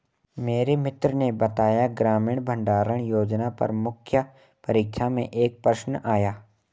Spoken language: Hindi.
मेरे मित्र ने बताया ग्रामीण भंडारण योजना पर मुख्य परीक्षा में एक प्रश्न आया